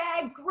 great